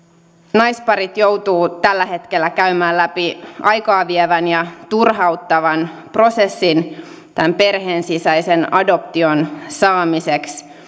naisparit joutuvat tällä hetkellä käymään läpi aikaa vievän ja turhauttavan prosessin tämän perheen sisäisen adoption saamiseksi